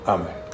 Amen